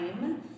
time